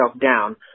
down